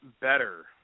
better